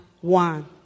one